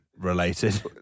related